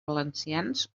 valencians